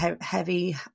heavy